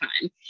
time